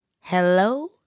Hello